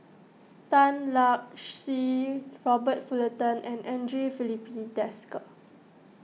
Tan Lark Sye Robert Fullerton and andre Filipe Desker